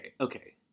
Okay